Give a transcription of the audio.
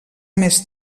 més